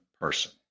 person